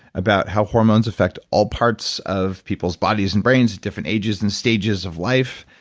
about how hormones affect all parts of people's bodies and brains at different ages and stages of life.